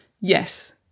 yes